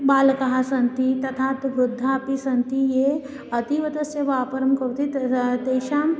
बालकाः सन्ति तथा तु वृद्धाः अपि सन्ति ये अतीवतस्य वापरं करोति तेषाम्